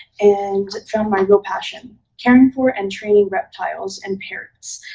and found my real passion caring for and training reptiles and parrots.